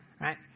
right